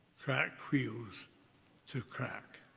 cracked wheels to crack,